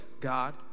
God